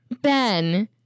Ben